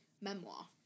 memoir